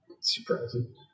Surprising